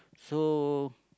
so